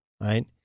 right